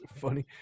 funny